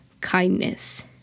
kindness